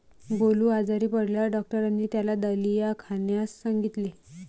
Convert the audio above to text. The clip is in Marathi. गोलू आजारी पडल्यावर डॉक्टरांनी त्याला दलिया खाण्यास सांगितले